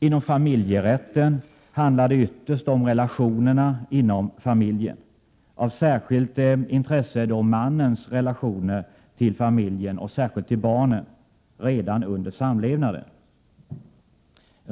Inom familjerätten handlar det ytterst om relationerna inom familjen. Av särskilt intresse är då mannens relationer till familjen, och särskilt till barnen, redan under samlevnaden.